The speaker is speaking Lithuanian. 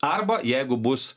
arba jeigu bus